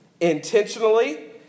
intentionally